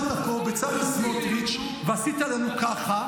ואז אתה עמדת פה, בצלאל סמוטריץ', ועשית לנו ככה.